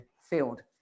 field